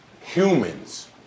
humans